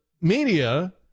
media